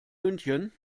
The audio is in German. münchen